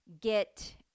get